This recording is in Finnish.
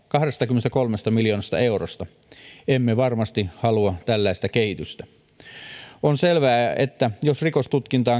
kahdestakymmenestäkolmesta miljoonasta eurosta emme varmasti halua tällaista kehitystä on selvää että jos rikostutkinnassa